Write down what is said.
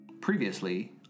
Previously